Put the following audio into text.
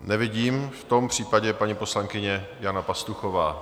Nevidím, v tom případě paní poslankyně Jana Pastuchová.